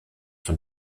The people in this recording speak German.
von